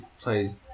plays